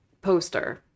poster